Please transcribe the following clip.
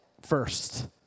first